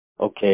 okay